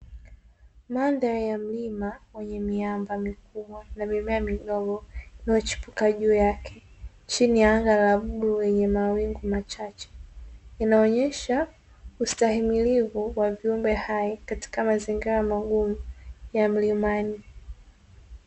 Mandhari ya milima yenye miamba mikubwa iliyochipuka juu yake chini ya anga la bluu lenye mawingu machache, inaonyesha hustahimilivu wa viumbe hai katika mazingira magumu ya mlimani.